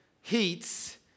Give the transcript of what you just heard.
heats